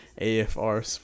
AFR